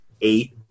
eight